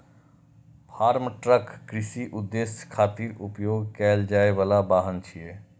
farm truck कृषि उद्देश्य खातिर उपयोग कैल जाइ बला वाहन छियै